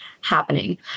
happening